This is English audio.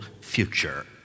future